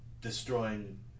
destroying